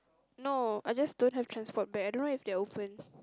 no I just don't have transport back I don't know if they're open